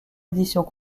éditions